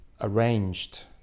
arranged